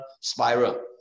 spiral